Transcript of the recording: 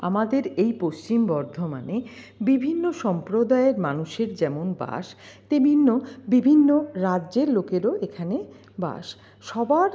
আমাদের এই পশ্চিম বর্ধমানে বিভিন্ন সম্প্রদায়ের মানুষের যেমন বাস তেমনি বিভিন্ন রাজ্যের লোকেরও এখানে বাস সবার